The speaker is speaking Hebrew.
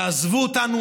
תעזבו אותנו,